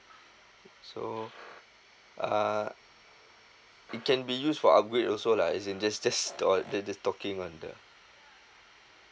so uh it can be used for upgrade also lah as in just just or just talking on the